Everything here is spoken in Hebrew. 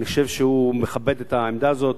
אני חושב שהוא מכבד את העמדה הזאת,